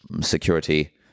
security